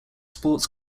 sports